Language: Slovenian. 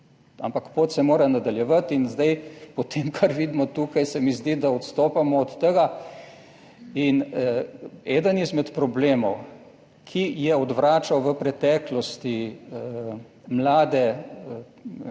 ampak pot se mora nadaljevati. In zdaj po tem kar vidimo tukaj, se mi zdi, da odstopamo od tega. In eden izmed problemov, ki je odvračal v preteklosti mlade,